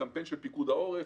וקמפיין של פיקוד העורף,